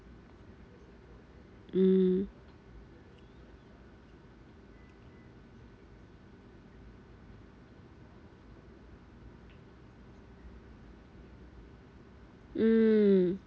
mm mm